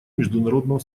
международного